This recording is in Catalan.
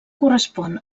correspon